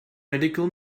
medical